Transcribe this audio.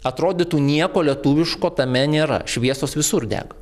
atrodytų nieko lietuviško tame nėra šviesos visur dega